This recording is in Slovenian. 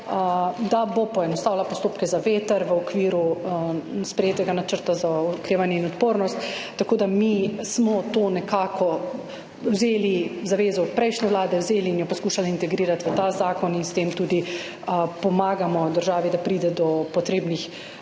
da bo poenostavila postopke za veter v okviru sprejetega Načrta za okrevanje in odpornost, tako da mi smo to zavezo prejšnje vlade vzeli in jo poskušali integrirati v ta zakon in s tem tudi pomagamo državi, da pride do potrebnih